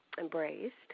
embraced